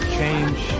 change